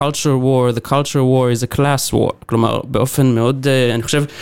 The culture war is a class war, כלומר באופן מאוד, אני חושב